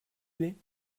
plait